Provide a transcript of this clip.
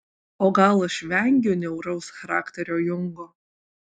o gal aš vengiu niauraus charakterio jungo